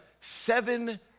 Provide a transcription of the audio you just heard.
seven